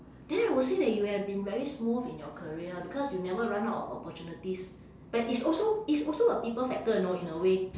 then I would say that you have been very smooth in your career because you never run out of opportunities but it's also it's also a people factor you know in a way